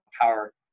power